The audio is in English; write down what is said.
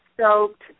Soaked